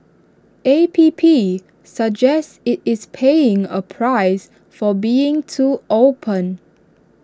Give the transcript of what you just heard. A P P suggests IT is paying A price for being too open